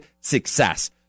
success